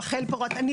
רחל פורת.